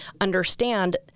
understand